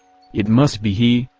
it must be he,